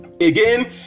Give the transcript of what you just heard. Again